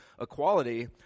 equality